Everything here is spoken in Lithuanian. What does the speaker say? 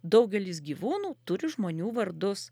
daugelis gyvūnų turi žmonių vardus